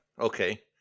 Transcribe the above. Okay